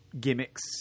gimmicks